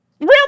real